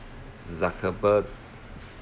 zuckerberg